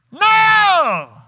No